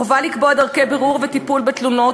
החובה לקבוע דרכי בירור וטיפול בתלונות